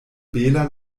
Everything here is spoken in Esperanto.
bela